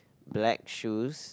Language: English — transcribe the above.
black shoes